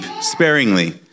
sparingly